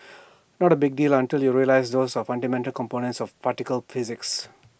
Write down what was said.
not A big deal until you realise those are fundamental components of particle physics